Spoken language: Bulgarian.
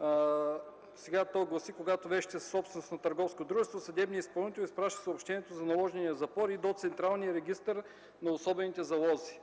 4. Сега то гласи: „когато вещите са собственост на търговско дружество, съдебният изпълнител изпраща съобщението за наложения запор и до Централния регистър на особените залози”.